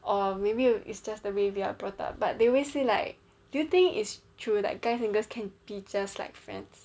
or maybe it's just the way we are brought up but they always say like do you think it's true like guys and girls can be just like friends